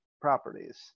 properties